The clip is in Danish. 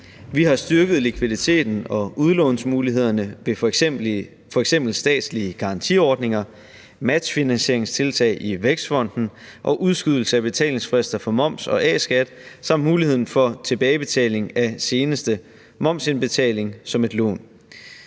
Vi har styrket likviditeten og udlånsmulighederne ved f.eks. statslige garantiordninger, matchfinansieringstiltag i Vækstfonden og udskydelse af betalingsfrister for moms og A-skat samt muligheden for tilbagebetaling af seneste momsindbetaling som et lån.